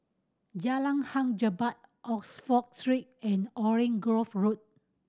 Jalan Hang Jebat Oxford Street and Orange Grove Road